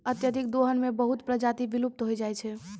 अत्यधिक दोहन सें बहुत प्रजाति विलुप्त होय जाय छै